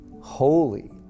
holy